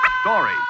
Story